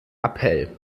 appell